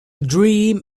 dream